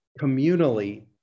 communally